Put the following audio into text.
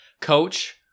coach